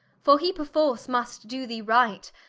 for he perforce must do thee right,